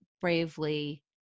bravely